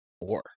four